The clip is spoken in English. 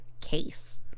case